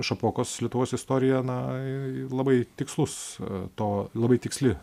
šapokos lietuvos istorija na labai tikslus to labai tiksli